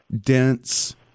dense